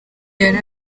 yari